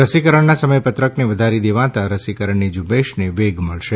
રસીકરણના સમયપત્રકને વધારી દેવાતાં રસીકરણની ઝુંબેશને વેગ મળશે